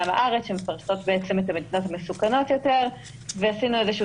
מהארץ שמפרטות את המדינות המסוכנות יותר ועשינו איזה שהוא